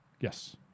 Yes